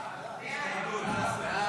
נתקבלה.